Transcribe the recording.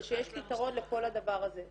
זה שיש פתרון לכל הדבר הזה,